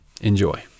enjoy